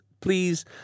please